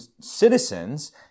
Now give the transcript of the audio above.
citizens